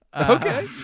Okay